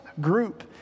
group